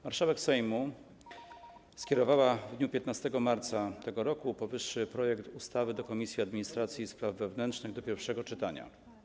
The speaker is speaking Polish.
Marszałek Sejmu skierowała w dniu 15 marca tego roku powyższy projekt ustawy do Komisji Administracji i Spraw Wewnętrznych do pierwszego czytania.